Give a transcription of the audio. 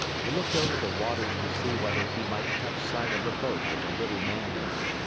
he looked over the waters to see whether he might catch sight of a boat with a little man in it.